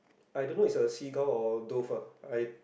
I don't know is a seagull or dove ah I